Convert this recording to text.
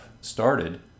started